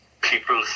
people